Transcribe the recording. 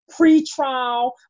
pretrial